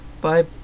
bye